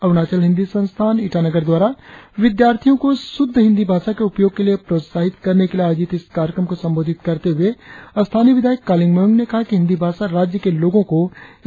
अरुणाचल हिंदी संस्थान ईटानगर द्वारा विद्यार्थियों को शुद्ध हिंदी भाषा के उपयोग के लिए प्रोत्साहित करने के लिए आयोजित इस कार्यक्रम को संबोधित करते हुए स्थानीय विधायक कालिंग मोयोंग ने कहा कि हिंदी भाषा राज्य के लोंगो को एक सूत्र में पिरोती है